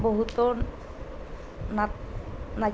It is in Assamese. বহুতো নাট